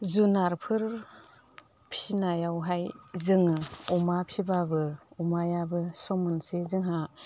जुनारफोर फिनायावहाय जोङो अमा फिब्लाबो अमायाबो सम मोनसे जोंहा